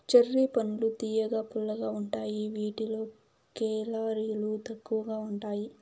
cherry పండ్లు తియ్యగా, పుల్లగా ఉంటాయి వీటిలో కేలరీలు తక్కువగా ఉంటాయి